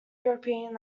european